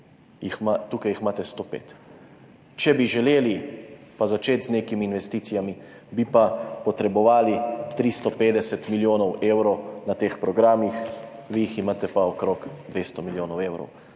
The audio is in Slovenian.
Tukaj jih imate 105. Če bi želeli začeti z nekimi investicijami, bi pa potrebovali 350 milijonov evrov na teh programih, vi jih imate pa okrog 200 milijonov evrov.